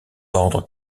ordre